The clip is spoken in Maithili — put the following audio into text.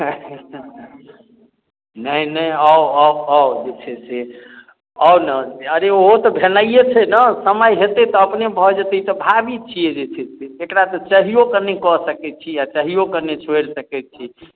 नहि नहि आउ आउ आउ जे छै से आउ ने अरे ओहो तऽ भेनाइए छै ने समय हेतै तऽ अपने भऽ जेतै ई तऽ भाबी छियै जे छै से एकरा तऽ चाहियो कऽ नहि कऽ सकै छी आ चाहियो कऽ नहि छोड़ि सकै छी